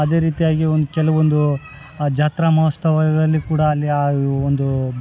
ಅದೇ ರೀತಿಯಾಗಿ ಕೆಲವೊಂದು ಜಾತ್ರಾ ಮಹೋತ್ಸವದಲ್ಲಿ ಕೂಡ ಅಲ್ಲಿ ಒಂದು